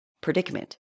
predicament